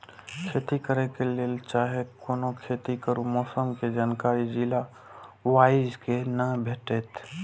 खेती करे के लेल चाहै कोनो खेती करू मौसम के जानकारी जिला वाईज के ना भेटेत?